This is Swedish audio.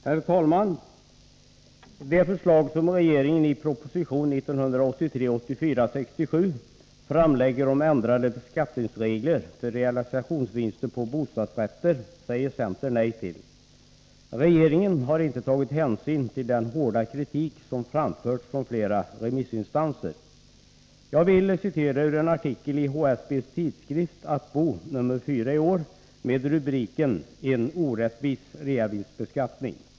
Herr talman! Det förslag som regeringen framlägger i proposition 1983/84:67 om ändrade beskattningsregler för realisationsvinster på bostadsrätter säger centern nej till. Regeringen har inte tagit hänsyn till den hårda kritik som framförts från flera remissinstanser. Jag vill citera ur en artikel inr 4 av HSB:s tidskrift ”att bo” med rubriken Orättvist förslag till reavinstbeskattning.